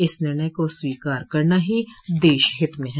इस निर्णय को स्वीकार करना ही देशहित में हैं